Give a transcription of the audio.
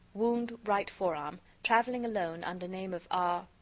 wound right fore-arm, traveling alone under name of r.